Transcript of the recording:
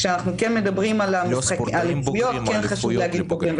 כשאנחנו מדברים על אליפויות כן חשוב לומר בוגרים,